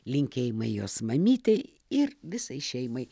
linkėjimai jos mamytei ir visai šeimai